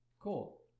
Cool